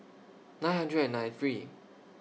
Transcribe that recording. nine hundred and ninety three